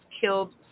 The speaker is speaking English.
killed